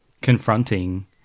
confronting